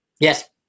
yes